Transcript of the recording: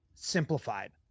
Simplified